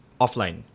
offline